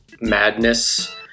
madness